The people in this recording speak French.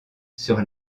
sur